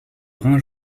brun